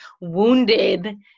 wounded